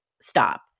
stop